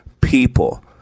people